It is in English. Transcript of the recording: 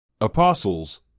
Apostles